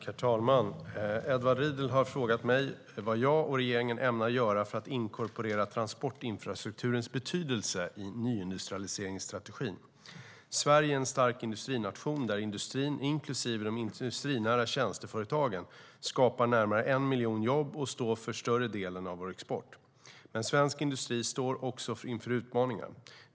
Herr talman! Edward Riedl har frågat mig vad jag och regeringen ämnar göra för att inkorporera transportinfrastrukturens betydelse i nyindustrialiseringsstrategin. Sverige är en stark industrination där industrin, inklusive de industrinära tjänsteföretagen, skapar närmare 1 miljon jobb och står för större delen av vår export. Men svensk industri står också inför utmaningar.